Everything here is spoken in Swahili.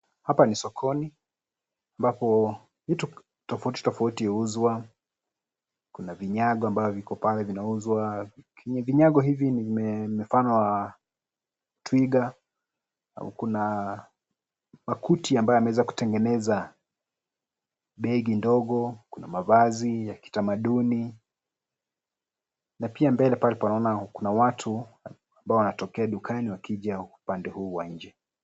Hapa ni sokoni ambapo vitu tofauti tofauti huuzwa kuna vinyago ambavyo viko pale vinauzwa, vinyago hivi ni mifano wa twiga au kuna makuti ambayo yameweza kutengeneza begi ndogo, kuna mavazi ya kitamaduni na pia mbele pale tunoaona kuna watu ambao wanaotokea dukani wakija upande huu wa nje.